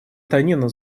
танина